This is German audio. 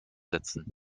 setzen